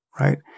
Right